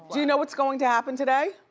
you know what's going to happen today?